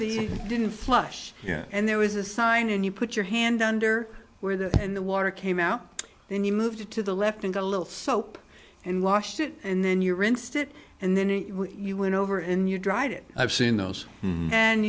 the didn't flush and there was a sign and you put your hand under where the and the water came out then you moved to the left and got a little soap and washed it and then your instead and then you went over in you dried it i've seen those and